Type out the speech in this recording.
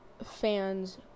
Fans